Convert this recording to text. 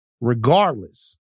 regardless